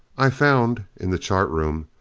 i found, in the chart room,